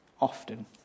often